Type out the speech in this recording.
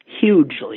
hugely